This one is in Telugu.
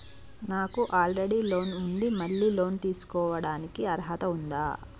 నాకు ఆల్రెడీ లోన్ ఉండి మళ్ళీ లోన్ తీసుకోవడానికి అర్హత ఉందా?